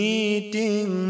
Meeting